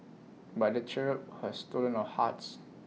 but the cherub has stolen our hearts